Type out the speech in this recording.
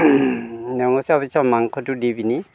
ৰঙচোৱা হোৱাৰ পিছত মাংসটো দি পিনি